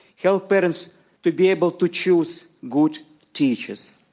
helped parents to be able to choose good teachers?